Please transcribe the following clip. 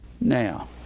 Now